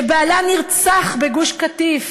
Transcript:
שבעלה נרצח בגוש-קטיף,